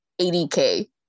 80k